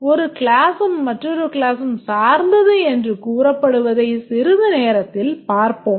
ஒரு classம் மற்றொரு classம் சார்ந்தது என்று கூறப்படுவதை சிறிது நேரத்தில் பார்ப்போம்